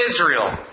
Israel